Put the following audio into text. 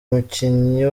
mukinyi